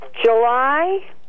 July